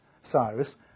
Cyrus